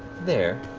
there.